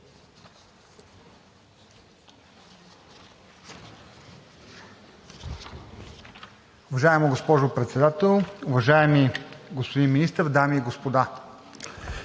Уважаема госпожо Председател, уважаеми господин Министър, дами и господа!